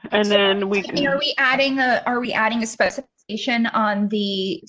and then we are we adding a, are we adding a specification on the,